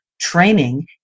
training